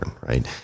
right